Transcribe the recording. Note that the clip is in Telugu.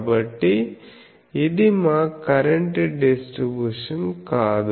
కాబట్టి ఇది మా కరెంట్ డిస్ట్రిబ్యూషన్ కాదు